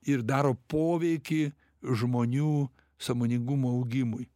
ir daro poveikį žmonių sąmoningumo augimui